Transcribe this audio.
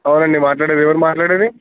ఎవరండీ మాట్లాడేది ఎవరు మాట్లాడేది